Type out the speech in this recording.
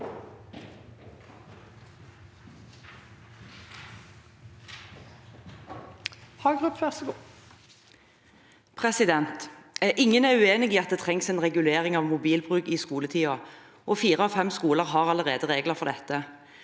Ingen er uenig i at det trengs en regulering av mobilbruk i skoletiden, og fire av fem skoler har allerede regler for dette.